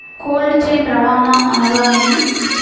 Cold chain రవాణా అనగా నేమి?